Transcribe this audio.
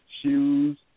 shoes